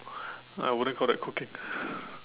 I wouldn't call that cooking